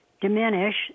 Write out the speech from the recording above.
diminish